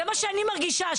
זה מה שאני מרגישה,